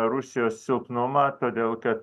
rusijos silpnumą todėl kad